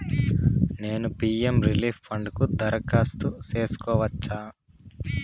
నేను CM relief fund కు దరఖాస్తు సేసుకోవచ్చా?